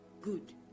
good